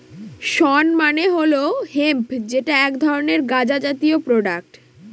শণ মানে হল হেম্প যেটা এক ধরনের গাঁজা জাতীয় প্রোডাক্ট